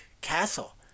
castle